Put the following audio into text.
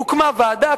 הוקמה ועדה,